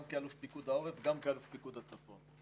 כאלוף פיקוד העורף וגם כאלוף פיקוד הצפון.